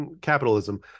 capitalism